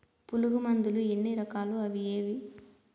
పులుగు మందులు ఎన్ని రకాలు అవి ఏవి?